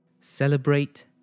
Celebrate